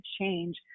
change